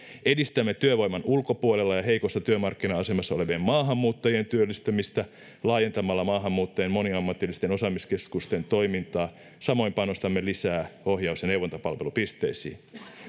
edistämme työvoiman ulkopuolella ja heikossa työmarkkina asemassa olevien maahanmuuttajien työllistymistä laajentamalla maahanmuuttajien moniammatillisten osaamiskeskusten toimintaa samoin panostamme lisää ohjaus ja neuvontapalvelupisteisiin